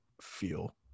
feel